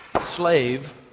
slave